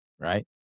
right